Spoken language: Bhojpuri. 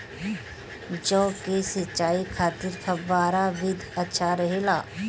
जौ के सिंचाई खातिर फव्वारा विधि अच्छा रहेला?